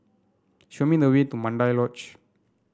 show me the way to Mandai Lodge